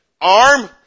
Arm